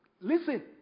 Listen